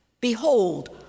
Behold